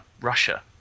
Russia